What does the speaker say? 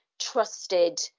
trusted